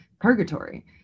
purgatory